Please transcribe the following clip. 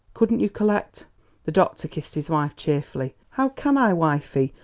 couldn't you collect the doctor kissed his wife cheerfully. how can i, wifey,